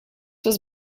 was